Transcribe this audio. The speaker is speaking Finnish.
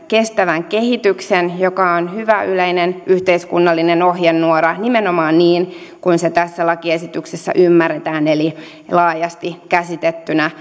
kestävän kehityksen joka on hyvä yleinen yhteiskunnallinen ohjenuora nimenomaan niin kuin se tässä lakiesityksessä ymmärretään eli laajasti käsitettynä